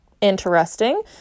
interesting